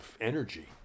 energy